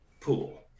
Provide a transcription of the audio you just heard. pool